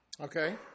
Okay